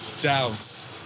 doubts